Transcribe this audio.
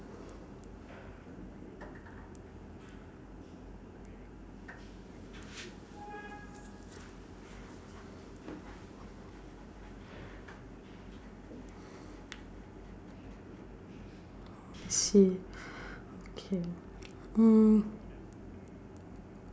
I see okay mm